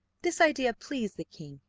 this idea pleased the king,